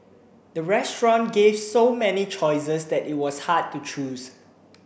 the restaurant gave so many choices that it was hard to choose